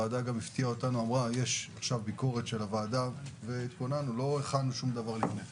הייתה גם ביקורת מפתיעה של הוועדה ולא הכנו שום דבר לפני.